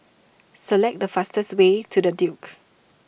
select the fastest way to the Duke